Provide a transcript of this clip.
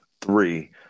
three